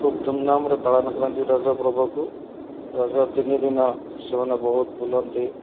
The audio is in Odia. ଖୁବ୍ ଧୁମ୍ଧାମ୍ରେ ପାଳନ କରନ୍ତି ରଜ ପର୍ବକୁ ରଜ ତିନି ଦିନ ସେମାନେ ବହୁତ ବୁଲନ୍ତି